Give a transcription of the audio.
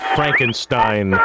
Frankenstein